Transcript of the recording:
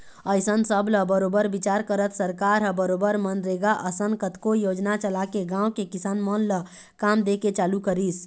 अइसन सब ल बरोबर बिचार करत सरकार ह बरोबर मनरेगा असन कतको योजना चलाके गाँव के किसान मन ल काम दे के चालू करिस